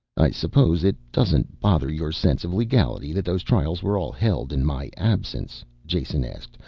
i suppose it doesn't bother your sense of legality that those trials were all held in my absence, jason asked.